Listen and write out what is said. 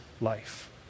life